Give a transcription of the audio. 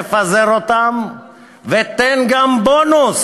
תפזר אותם ותן גם בונוס,